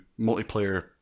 multiplayer